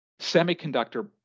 Semiconductor